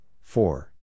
four